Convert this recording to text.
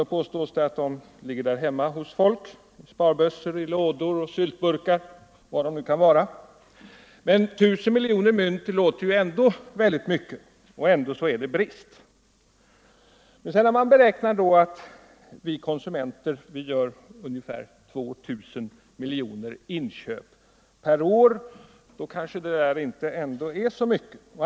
Det påstås att de ligger i hemmen =— i sparbössor, i lådor, i syltburkar och var de nu kan vara. Men 1000 miljoner mynt låter ju väldigt mycket. Och ändå är det brist. Man beräknar att vi konsumenter gör ungefär 2000 miljoner inköp per år.